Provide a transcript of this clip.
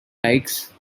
likes